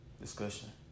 discussion